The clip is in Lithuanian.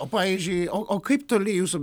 o pavyzdžiui o o kaip toli jūsų